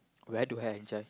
where do I adjust